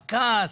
הכעס,